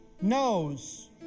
knows